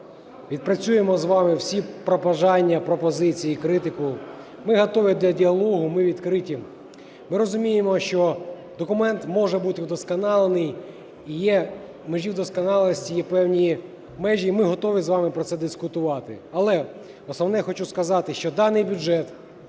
відпрацюємо з вами всі побажання, пропозиції і критику. Ми готові для діалогу, ми відкриті. Ми розуміємо, що документ може бути вдосконалений. І є межі досконалості, є певні межі. І ми готові з вами про це дискутувати. Але основне хочу сказати. Що даний бюджет,